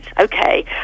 okay